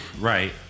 Right